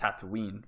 Tatooine